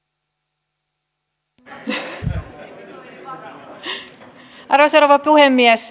arvoisa rouva puhemies